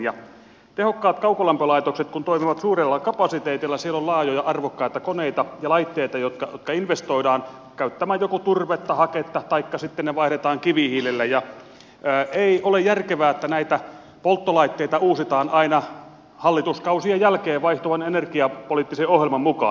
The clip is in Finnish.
kun tehokkaat kaukolämpölaitokset toimivat suurella kapasiteetilla ja siellä on laajoja arvokkaita koneita ja laitteita jotka joko investoidaan käyttämään turvetta tai haketta taikka sitten vaihdetaan kivihiilelle niin ei ole järkevää että näitä polttolaitteita uusitaan aina hallituskausien jälkeen vaihtuvan energiapoliittisen ohjelman mukaan